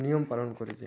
নিয়ম পালন করেছে